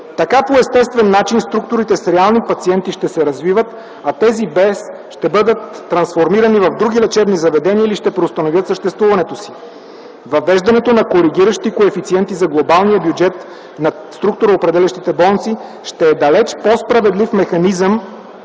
Така по естествен начин структурите с реални пациенти ще се развиват, а тези без ще бъдат трансформирани в други лечебни заведения или ще преустановят съществуването си. Въвеждането на коригиращи коефициенти за глобалния бюджет на структуроопределящите болници ще е далеч по-справедлив механизъм